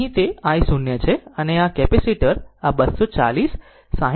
અહીં તે i 0 છે અને આ કેપેસિટર આ 240 60 બધા સમાંતર છે